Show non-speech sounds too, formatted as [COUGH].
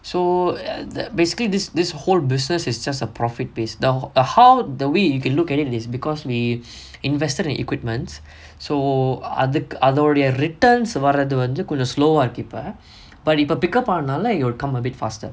so [NOISE] basically this this whole business is just a profit based now uh how the way you can look at it is because we invested in equipments so அதுக்கு அதோடய:athukku athodaya returns வர்ரது வந்து கொஞ்சோ:varrathu vanthu konjo slow ah இருக்கு இப்ப:irukku ippa but இப்ப:ippa pick up ஆனதால:aanaathaala you will come a bit faster